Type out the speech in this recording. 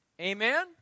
Amen